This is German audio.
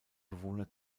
bewohner